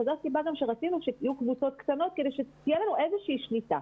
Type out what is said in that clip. וזו הסיבה שרצינו שיהיו קבוצות קטנות כדי שתהיה לנו איזושהי שליטה.